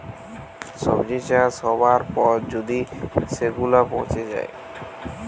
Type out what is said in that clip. সবজি চাষ হবার পর যদি সেগুলা পচে যায়